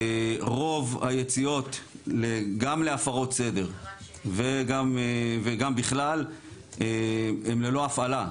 רוב היציאות גם להפרות סדר וגם בכלל הם ללא הפעלה.